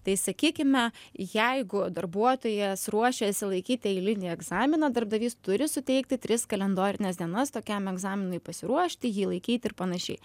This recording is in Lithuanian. tai sakykime jeigu darbuotojas ruošiasi laikyti eilinį egzaminą darbdavys turi suteikti tris kalendorines dienas tokiam egzaminui pasiruošti jį laikyt ir panašiai